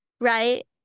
right